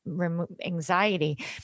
anxiety